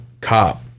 cop